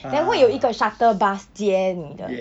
then 会有一个 shuttle bus 接你的